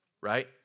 right